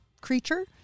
creature